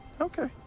Okay